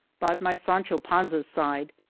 but my sancho panza side,